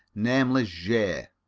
namely je.